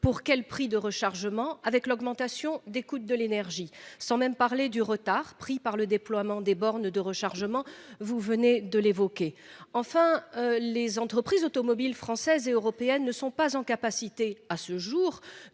Pour quel prix de rechargement avec l'augmentation des coûts de l'énergie, sans même parler du retard pris par le déploiement des bornes de rechargement, vous venez de l'évoquer. Enfin les entreprises automobiles françaises et européennes ne sont pas en capacité à ce jour